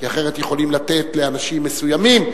כי אחרת יכולים לתת לאנשים מסוימים,